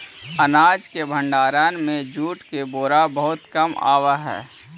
अनाज के भण्डारण में जूट के बोरा बहुत काम आवऽ हइ